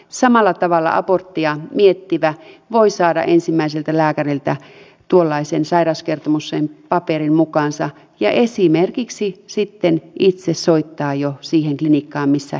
samalla tavalla aborttia miettivä voi saada ensimmäiseltä lääkäriltä tuollaisen sairauskertomuspaperin mukaansa ja esimerkiksi sitten itse soittaa jo siihen klinikkaan missä jatko tehdään